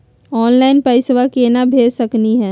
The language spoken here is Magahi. ऑनलाइन पैसवा केना भेज सकली हे?